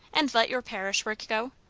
and let your parish work go?